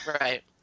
Right